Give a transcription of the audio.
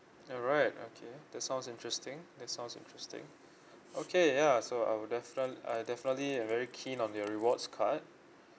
alright okay that sounds interesting that sounds interesting okay yeah so I would definite I definitely uh very keen on your rewards card